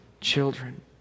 children